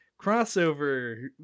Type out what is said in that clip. crossover